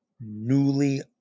newly